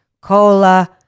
cola